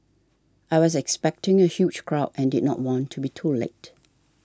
I was expecting a huge crowd and did not want to be too late